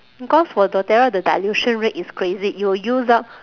cause for doTerra the dilution rate is crazy you will use up